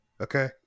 Okay